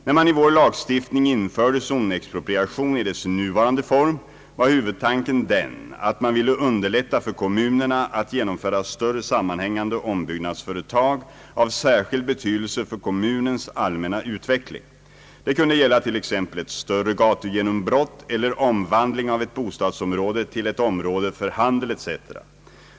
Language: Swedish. När man i vår lagstiftning införde zonexpropriation i dess nuvarande form var huvudtanken den att man ville underlätta för kommunerna att i egen regi genomföra större sammanhängande ombyggnadsföretag av sär skild betydelse för kommunens allmänna utveckling. Det kunde gälla t.ex. ett större gatugenombrott eller omvandling av ett bostadsområde till ett område för handel etc.